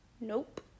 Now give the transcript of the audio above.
Nope